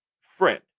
Friend